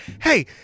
Hey